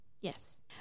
Yes